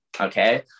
Okay